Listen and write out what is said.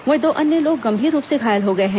वहीं दो अन्य लोग गंभीर रूप से घायल हो गए हैं